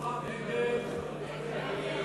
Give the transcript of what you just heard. ההסתייגות (2) של חברי הכנסת אורי מקלב,